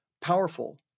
powerful